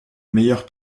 meilleur